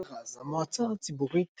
מלר"ז – המועצה הציבורית